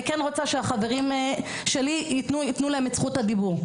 כן רוצה שהחברים שלי יתנו להם את זכות הדיבור.